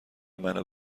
منو